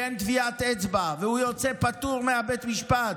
כי אין טביעת אצבע, והוא יוצא פטור בבית המשפט.